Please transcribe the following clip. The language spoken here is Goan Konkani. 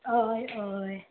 अय अय